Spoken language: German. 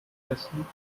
essen